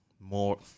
more